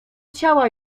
ciała